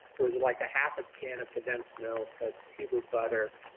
there was like a half a can of condensed milk, a cube of butter,